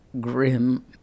grim